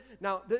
Now